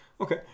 Okay